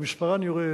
ומספרן יורד,